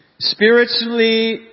Spiritually